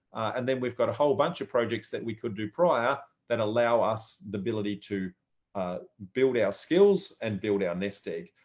and then we've got a whole bunch of projects that we could do prior that allow us the ability to ah build our skills and build our nest egg.